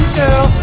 girl